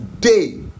day